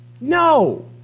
No